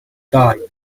guy